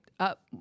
Up